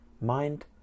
mind